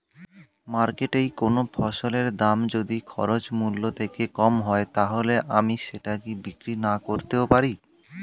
মার্কেটৈ কোন ফসলের দাম যদি খরচ মূল্য থেকে কম হয় তাহলে আমি সেটা কি বিক্রি নাকরতেও পারি?